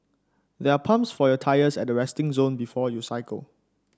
there are pumps for your tyres at the resting zone before you cycle